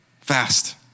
Fast